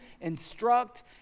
instruct